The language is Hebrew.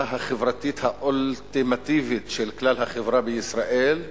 החברתית האולטימטיבית של כלל החברה בישראל,